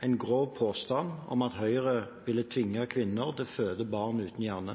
en grov påstand om at Høyre ville tvinge kvinner til å føde barn uten hjerne.